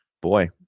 Boy